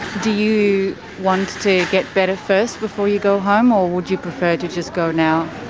do you want to get better first before you go home, or would you prefer to just go now?